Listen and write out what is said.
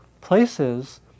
places